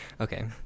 Okay